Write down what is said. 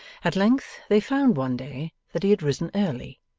at length, they found, one day, that he had risen early,